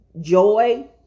joy